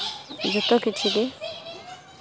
ᱡᱚᱛᱚ ᱠᱤᱪᱷᱩ ᱜᱮ